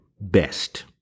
best